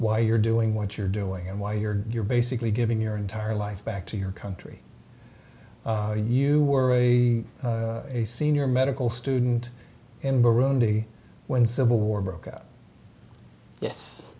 why you're doing what you're doing and why you're you're basically giving your entire life back to your country or you were a senior medical student in burundi when civil war broke out yes